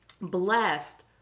Blessed